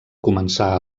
començà